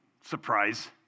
Surprise